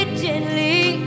gently